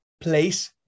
place